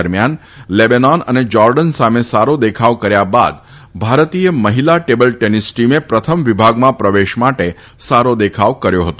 દરમ્યાન લેબેનોન તથા જાર્ડન સામે સારો દેખાવ કર્યા બાદ ભારતીય મહિલા ટેબલ ટેનિસ ટીમે પ્રથમ વિભાગમાં પ્રવેશ માટે સારો દેખાવ કર્યો હતો